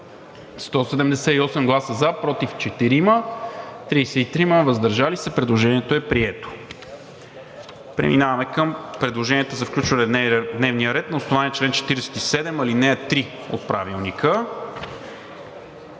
178, против 4, въздържали се 33. Предложението е прието. Преминаваме към предложенията за включване в дневния ред на основание чл. 47, ал. 3 от Правилника